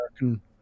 American